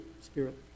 spirit